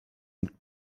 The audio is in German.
mit